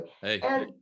Hey